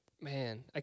Man